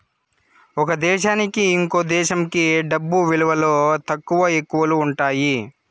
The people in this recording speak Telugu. ఒక దేశానికి ఇంకో దేశంకి డబ్బు విలువలో తక్కువ, ఎక్కువలు ఉంటాయి